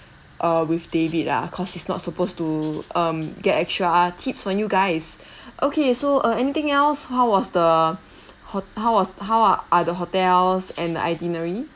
err with david ah cause he's not supposed to um get extra tips from you guys okay so uh anything else how was the hot~ how was how are are the hotels and the itinerary